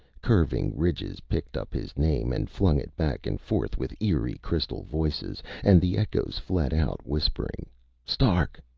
curving ridges picked up his name and flung it back and forth with eerie crystal voices, and the echoes fled out whispering stark!